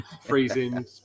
freezing